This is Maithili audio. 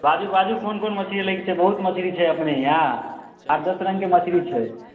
बाजू बाजू कोन कोन मछरी लैके छै बहुत मछरी छै अपन हीआँ आठ दस रङ्गके मछरी छै